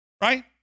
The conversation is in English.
right